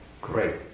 Great